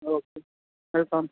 okay